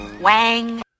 Wang